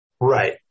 Right